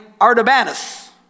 Artabanus